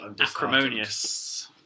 acrimonious